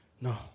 No